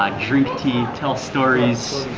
um drink tea, tell stories,